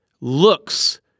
looks